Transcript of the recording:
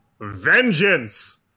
vengeance